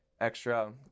extra